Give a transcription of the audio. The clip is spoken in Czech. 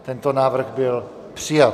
Tento návrh byl přijat.